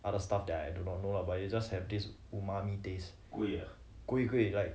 other stuff that I do not know lah but you just have this umami taste 贵会 like